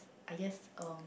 I guess um